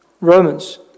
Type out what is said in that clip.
Romans